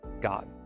God